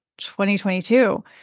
2022